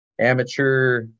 Amateur